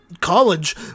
college